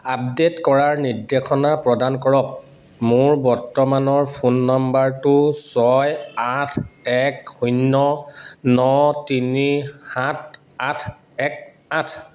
update কৰাৰ নিৰ্দেশনা প্ৰদান কৰক মোৰ বৰ্তমানৰ ফোন নম্বৰটো ছয় আঠ এক শূন্য ন তিনি সাত আঠ এক আঠ